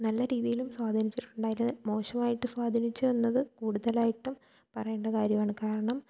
നല്ല രീതിയിലും സ്വാധീനിച്ചിട്ടുണ്ടായത് മോശമായിട്ട് സ്വാധീനിച്ചു എന്നത് കൂടുതലായിട്ടും പറയേണ്ട കാര്യമാണ് കാരണം